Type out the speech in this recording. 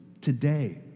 Today